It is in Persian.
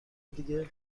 دیگه